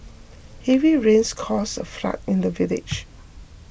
heavy rains caused a flood in the village